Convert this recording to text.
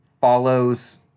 follows